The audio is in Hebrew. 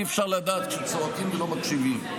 אי-אפשר לדעת כשצועקים ולא מקשיבים.